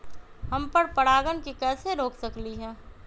हम पर परागण के कैसे रोक सकली ह?